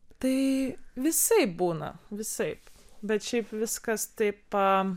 tai visaip būna visaip bet šiaip viskas taip